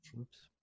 Oops